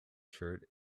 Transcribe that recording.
shirt